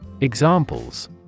Examples